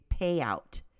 payout